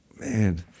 Man